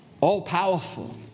all-powerful